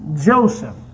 Joseph